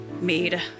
made